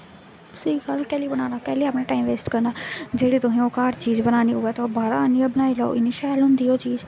स्हेई गल्ल कैह्ल्ली बनाना कैह्ल्ली अपना टाईम वेस्ट करना जेह्ड़ी तुसें ओह् घर चीज बनानी होऐ तुस बाह्रा आह्नियै बनाई लैओ इन्नी शैल होंदी ओह् चीज